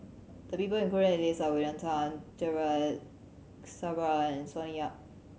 the people included in list are William Tan and Sonny Yap